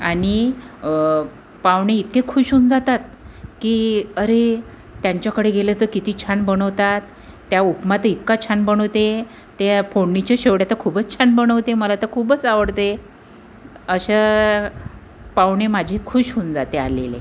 आणि पाहुणे इतके खूश होऊन जातात की अरे त्यांच्याकडे गेले तर किती छान बनवतात त्या उपमा तर इतका छान बनवते ते फोडणीचे शेवड्या तर खूपच छान बनवते मला तर खूपच आवडते अशा पाहुणे माझी खूश होऊन जाते आलेले